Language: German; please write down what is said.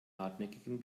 hartnäckigen